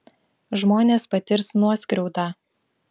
žmonės patirs nuoskriaudą